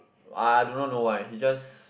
I do not know why he just